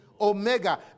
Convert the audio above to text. Omega